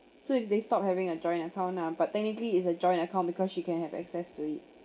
so if they stop having a joint account lah but then maybe it's a joint account because she can have access to it